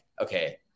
okay